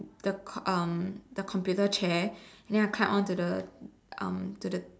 the co~ um the computer chair and then I climbed onto the um to the